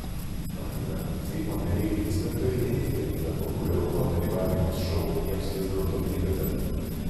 antra seimo nariai linksmintojai neneigia kad populiarumo dalyvavimas šou jiems vis dėlto prideda